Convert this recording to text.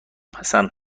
پسند